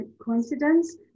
coincidence